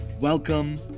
welcome